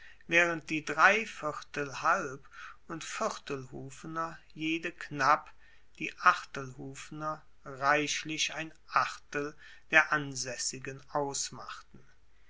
waehrend die dreiviertel halb und viertelhufener jede knapp die achtelhufener reichlich ein achtel der ansaessigen ausmachten